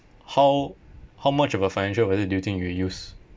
how how much of a financial adviser do you think you will use